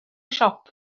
siop